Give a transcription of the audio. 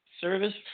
service